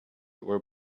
were